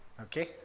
Okay